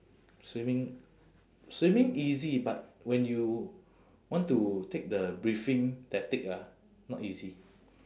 swimming swimming easy but when you want to take the breathing tactic ah not easy